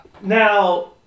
Now